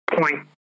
point